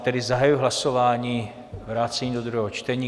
Tedy zahajuji hlasování vrácení do druhého čtení.